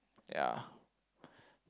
ya